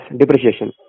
depreciation